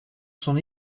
son